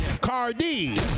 Cardi